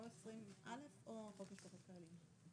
או 20א או חוק משפחות חיילים.